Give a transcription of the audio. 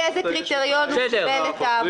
אילו קריטריון הוא קיבל את העמותה הזאת.